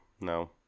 no